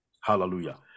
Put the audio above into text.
Hallelujah